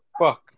fuck